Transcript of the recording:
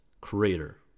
creator